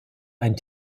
ein